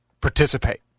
participate